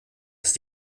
ist